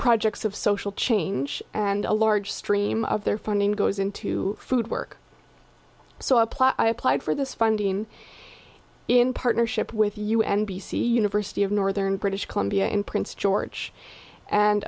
projects of social change and a large stream of their funding goes into food work so i applied i applied for this funding in partnership with you n b c university of northern british columbia and prince george and